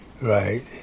Right